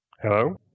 Hello